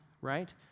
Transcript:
right